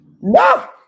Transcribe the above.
No